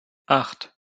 acht